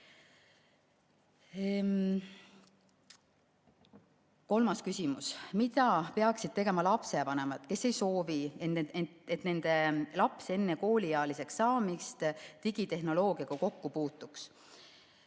Kolmas küsimus: "Mida peaksid tegema lapsevanemad, kes ei soovi, et nende laps enne kooliealiseks saamist digitehnoloogiaga kokku puutuks?"